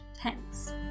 tense